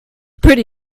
pretty